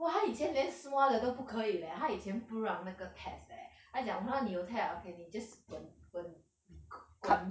!wah! 她以前连 small 的都不可以了她以前不让那个 tats~ eh 她讲我看到你有 tat~ ah okay 你 just 滚滚滚